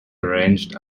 arranged